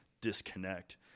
disconnect